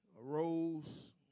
arose